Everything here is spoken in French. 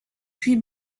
puis